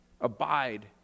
abide